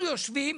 אנחנו יושבים,